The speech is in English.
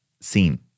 seen